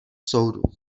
soudu